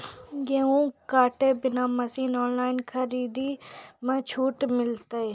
गेहूँ काटे बना मसीन ऑनलाइन खरीदारी मे छूट मिलता?